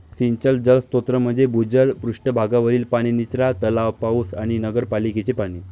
सिंचन जलस्रोत म्हणजे भूजल, पृष्ठ भागावरील पाणी, निचरा तलाव, पाऊस आणि नगरपालिकेचे पाणी